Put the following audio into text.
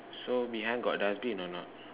so behind got dustbin or not